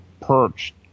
perched